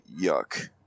yuck